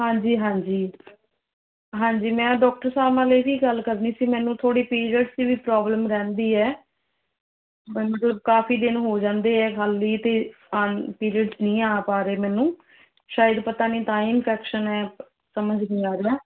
ਹਾਂਜੀ ਹਾਂਜੀ ਹਾਂਜੀ ਮੈਂ ਡਾਕਟਰ ਸਾਹਿਬ ਨਾਲ ਇਹ ਵੀ ਗੱਲ ਕਰਨੀ ਸੀ ਮੈਨੂੰ ਥੋੜ੍ਹੀ ਪੀਰੀਅਡਸ ਦੀ ਵੀ ਪ੍ਰੋਬਲਮ ਰਹਿੰਦੀ ਆ ਮੈਨੂੰ ਮਤਲਬ ਕਾਫੀ ਦਿਨ ਹੋ ਜਾਂਦੇ ਹੈ ਲੀਹ 'ਤੇ ਆਂ ਪੀਰੀਅਡਸ ਨਹੀਂ ਆ ਪਾ ਰਹੇ ਮੈਨੂੰ ਸ਼ਾਇਦ ਪਤਾ ਨਹੀਂ ਤਾਂ ਹੀ ਇੰਨਫੈਕਸ਼ਨ ਹੈ ਸਮਝ ਨਹੀਂ ਆ ਰਿਹਾ